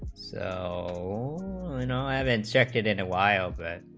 so and i added second in a while that